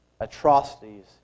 atrocities